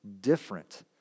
different